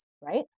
Right